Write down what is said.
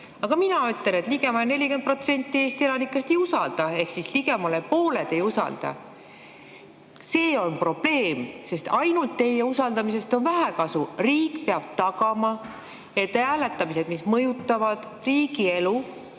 Mina ütlen, et ligemale 40% Eesti elanikest ei usalda ehk ligemale pooled ei usalda. See on probleem, sest ainult teie usaldusest on vähe kasu. Riik peab tagama, et hääletamised, mis mõjutavad riigielu,